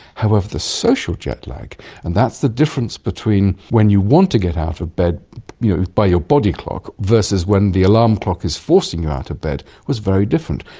however, the social jetlag and that's the difference between when you want to get out of bed by your body clock versus when the alarm clock is forcing you out of bed was very different.